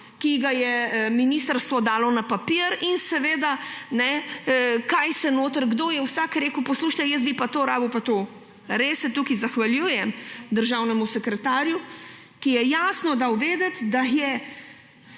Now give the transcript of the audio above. ki ga je ministrstvo dalo na papir, in seveda kaj je vse notri, da je vsak rekel, poslušajte, jaz bi pa to rabil pa to. Res se tukaj zahvaljujem državnemu sekretarju, ki je jasno dal vedeti, da je